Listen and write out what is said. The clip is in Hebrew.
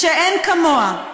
שאין כמוה.